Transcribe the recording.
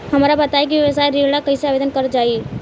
हमरा बताई कि व्यवसाय ऋण ला कइसे आवेदन करल जाई?